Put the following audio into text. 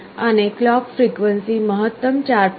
અને clock frequency મહત્તમ 4